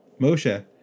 Moshe